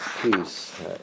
peace